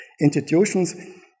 institutions